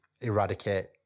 eradicate